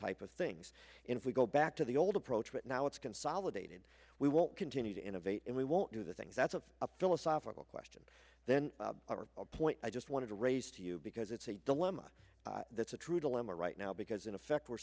type of things in if we go back to the old approach right now it's consolidated we won't continue to innovate and we won't do the things that's of a philosophical question then point i just wanted to raise to you because it's a dilemma that's a true dilemma right now because in effect